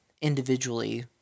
individually